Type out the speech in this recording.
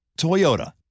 Toyota